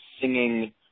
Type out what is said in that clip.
singing